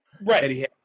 Right